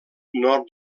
nord